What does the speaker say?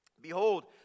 Behold